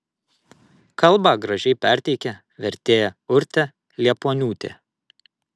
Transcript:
kalbą gražiai perteikė vertėja urtė liepuoniūtė